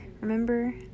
remember